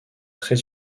très